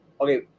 okay